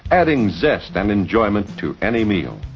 adding zest and enjoyment to any meal.